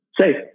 say